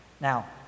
Now